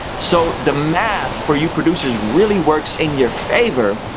so the math, for you producers, really works in your favor